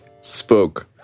spoke